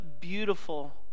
beautiful